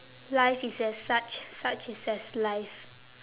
life is as such such is as life